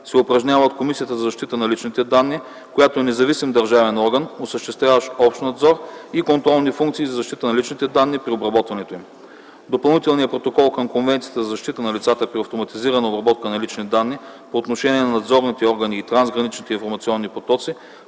се упражнява от Комисията за защита на личните данни, която е независим държавен орган, осъществяващ общ надзор и контролни функции за защита на личните данни при обработването им. Допълнителният протокол към Конвенцията за защита на лицата при автоматизирана обработка на лични данни, по отношение на надзорните органи и трансграничните информационни потоци,